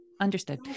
Understood